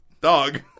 Dog